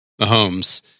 Mahomes